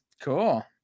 Cool